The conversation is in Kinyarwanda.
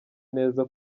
neza